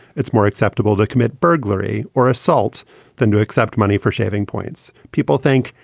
it's more acceptable to commit burglary or assaults than to accept money for shaving points. people think,